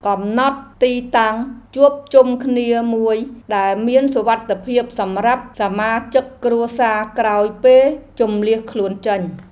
កំណត់ទីតាំងជួបជុំគ្នាមួយដែលមានសុវត្ថិភាពសម្រាប់សមាជិកគ្រួសារក្រោយពេលជម្លៀសខ្លួនចេញ។